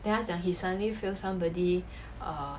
then 他讲 he suddenly feel somebody err